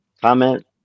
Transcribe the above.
comment